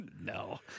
No